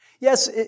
Yes